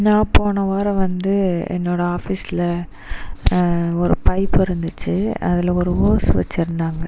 நான் போன வாரம் வந்து என்னோடய ஆஃபிஸில் ஒரு பைப் இருந்துச்சு அதில் ஒரு ஓஸ் வச்சுருந்தாங்க